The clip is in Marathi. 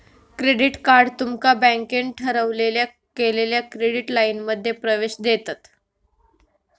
क्रेडिट कार्ड तुमका बँकेन ठरवलेल्या केलेल्या क्रेडिट लाइनमध्ये प्रवेश देतत